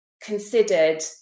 considered